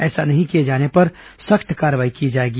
ऐसा नहीं किए जाने पर सख्त कार्रवाई की जाएगी